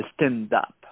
stand-up